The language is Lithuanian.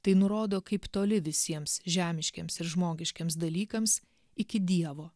tai nurodo kaip toli visiems žemiškiems ir žmogiškiems dalykams iki dievo